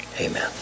Amen